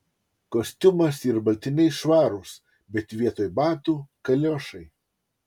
kostiumas ir baltiniai švarūs bet vietoj batų kaliošai